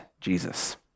Jesus